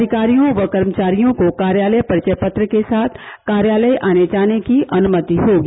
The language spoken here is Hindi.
अधिकारियों व कर्मचारियों को कार्यालय परिचय पत्र के साथ कार्यालय आने जाने की अनुमति होगी